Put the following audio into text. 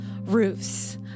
roofs